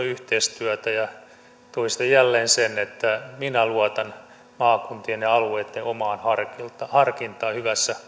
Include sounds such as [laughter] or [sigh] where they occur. [unintelligible] yhteistyötä ja toistan jälleen sen että minä luotan maakuntien ja alueitten omaan harkintaan hyvässä